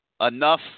enough